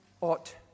ought